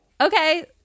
Okay